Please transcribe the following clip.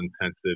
intensive